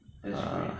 that's great